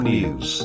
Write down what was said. News